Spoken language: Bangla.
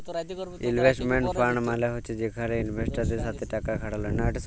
ইলভেস্টমেল্ট ফাল্ড মালে হছে যেখালে ইলভেস্টারদের সাথে টাকা খাটাল হ্যয়